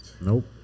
Nope